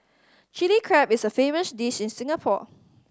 Chilli Crab is a famous dish in Singapore